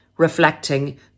reflecting